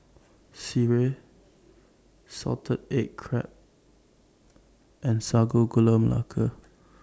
Sireh Salted Egg Crab and Sago Gula Melaka